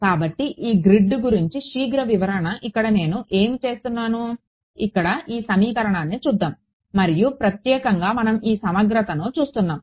కాబట్టి ఈ గ్రిడ్ గురించి శీఘ్ర వివరణ ఇక్కడ నేను ఏమి చేస్తున్నాను ఇక్కడ ఈ సమీకరణాన్ని చూద్దాం మరియు ప్రత్యేకంగా మనం ఈ సమగ్రతను చూస్తున్నాము